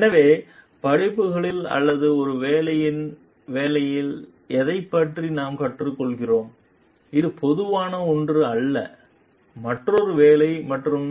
எனவே படிப்புகளில் அல்லது ஒரு வேலையில் எதைப் பற்றி நாம் கற்றுக்கொள்கிறோம் இது பொதுவான ஒன்று அல்லது மற்றொரு வேலை மற்றும்